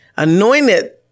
anointed